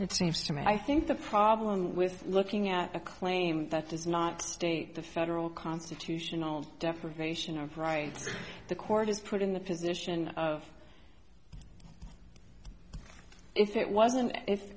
it seems to me i think the problem with looking at a claim that does not state the federal constitutional definition of rights the court is put in the position of if it wasn't if